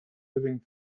living